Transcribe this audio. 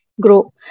grow